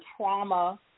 trauma